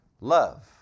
love